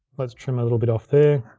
let's trim a little bit off there,